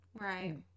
right